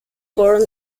born